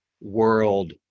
world